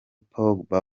pogba